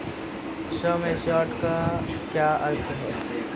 सम assured का क्या अर्थ है?